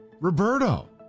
Roberto